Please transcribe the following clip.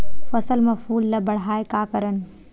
फसल म फूल ल बढ़ाय का करन?